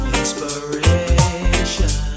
inspiration